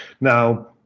Now